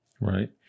Right